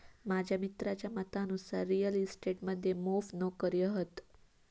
माझ्या मित्राच्या मतानुसार रिअल इस्टेट मध्ये मोप नोकर्यो हत